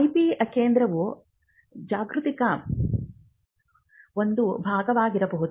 IP ಕೇಂದ್ರವು ಜಾಗೃತಿಯ ಒಂದು ಭಾಗವಾಗಬಹುದು